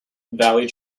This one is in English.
valley